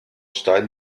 stein